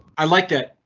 i like that.